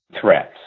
threats